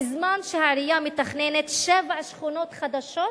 בזמן שהעירייה מתכננת שבע שכונות חדשות,